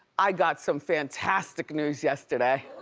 i got some fantastic news yesterday.